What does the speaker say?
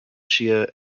shia